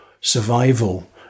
survival